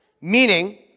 meaning